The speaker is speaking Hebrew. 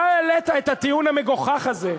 אתה העלית את הטיעון המגוחך הזה.